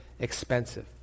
expensive